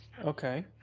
Okay